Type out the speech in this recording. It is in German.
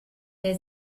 der